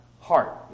heart